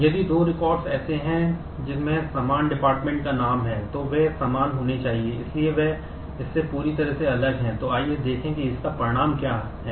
यदि दो रिकॉर्ड तय नहीं करता है